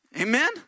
Amen